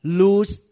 lose